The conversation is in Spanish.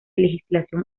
legislación